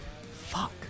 Fuck